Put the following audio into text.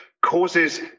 causes